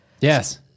Yes